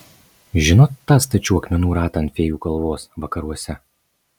žinot tą stačių akmenų ratą ant fėjų kalvos vakaruose